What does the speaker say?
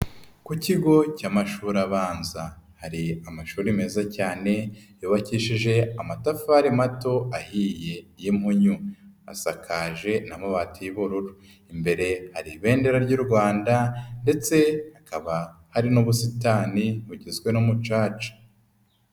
Ku kigo cy'amashuri abanza hari amashuri meza cyane yubakishije amatafari mato ahiye y'impunyu asakaje n'amabati y'ubururu, imbere hari Ibendera ry'u Rwanda ndetse hakaba hari n'ubusitani bugizwe n'umucaca.